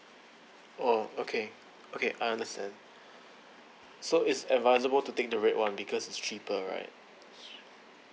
oh okay okay I understand so it's advisable to take the red one because it's cheaper right